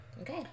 Okay